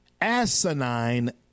asinine